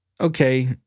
okay